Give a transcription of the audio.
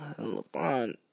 LeBron